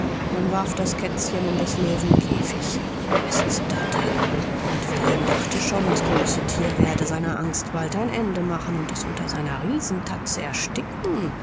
man warf das kätzchen in des löwen käfig es zitterte und wilhelm dachte schon das große thier werde seiner angst bald ein ende machen und es unter seiner riesentatze ersticken